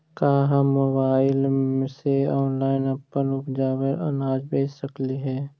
का हम मोबाईल से ऑनलाइन अपन उपजावल अनाज बेच सकली हे?